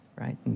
right